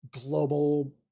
global